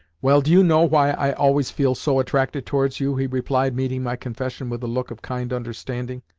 well, do you know why i always feel so attracted towards you? he replied, meeting my confession with a look of kind understanding,